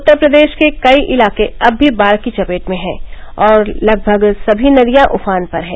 उत्तर प्रदेश के कई इलाके अब भी बाढ़ की चपेट में हैं और लगभग सभी नदियां उफान पर हैं